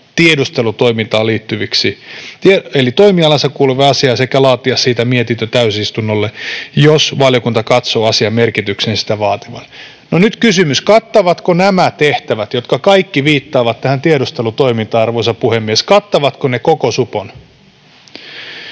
tiedustelutoimintaan liittyväksi — ”kuuluva asia sekä laatia siitä mietintö täysistunnolle, jos valiokunta katsoo asian merkityksen sitä vaativan”. No nyt kysymys: kattavatko nämä tehtävät, jotka kaikki viittaavat tiedustelutoimintaan, arvoisa puhemies, koko supon?